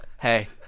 Hey